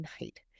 night